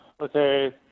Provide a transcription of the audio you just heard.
Okay